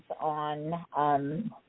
on